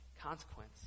consequence